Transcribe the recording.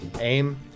aim